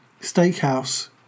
steakhouse